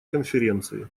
конференции